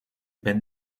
bent